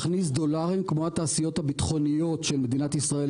מכניס דולרים כמו התעשיות הביטחוניות של מדינת ישראל,